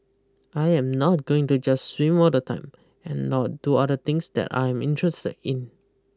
I am not going to just swim all the time and now do other things that I am interested in